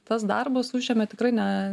tas darbas užėmė tikrai ne